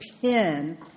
pin